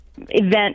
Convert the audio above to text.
event